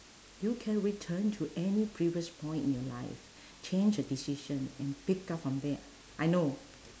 you can return to any previous point in your life change a decision and pick up from there I know